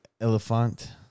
elephant